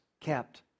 kept